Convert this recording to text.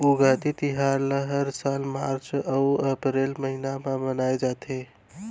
उगादी तिहार ल हर साल मार्च अउ अपरेल महिना म मनाए जाथे